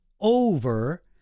over